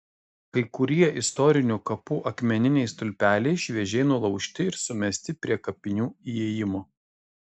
kai kurie istorinių kapų akmeniniai stulpeliai šviežiai nulaužti ir sumesti prie kapinių įėjimo